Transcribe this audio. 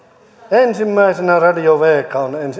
ensimmäisenä radio vega on